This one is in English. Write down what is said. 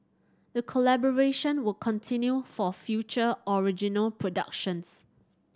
the collaboration will continue for future original productions